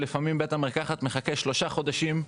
לפעמים בית המרקחת מחכה שלושה חודשים,